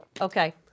Okay